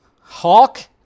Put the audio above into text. Hawk